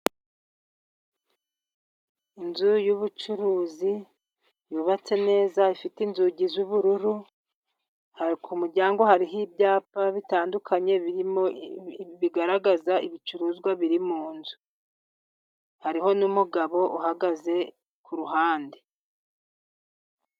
Inzu yubucuruzi yubatse neza, ifite inzugi z'ubururu, kumuryango hariho ibyapa bitandukanye, bigaragaza ibicuruzwa biri mu nzu, hariho n'umugabo uhagaze ku ruhande.